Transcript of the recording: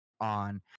on